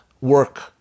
work